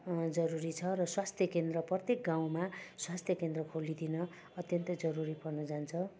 जरुरी छ र स्वास्थ्य केन्द्र प्रत्येक गाउँमा स्वास्थ्य केन्द्र खोलिदिन अत्यन्तै जरुरी पर्न जान्छ